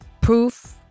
proof